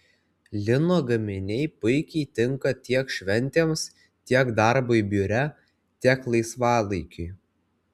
lino gaminiai puikiai tinka tiek šventėms tiek darbui biure tiek laisvalaikiui